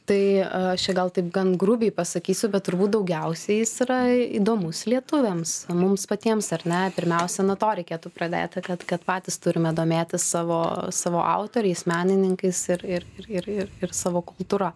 tai aš čia gal taip gan grubiai pasakysiu bet turbūt daugiausiai jis yra įdomus lietuviams mums patiems ar ne pirmiausia nuo to reikėtų pradėti kad kad patys turime domėtis savo savo autoriais menininkais ir ir ir ir ir ir savo kultūra